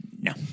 No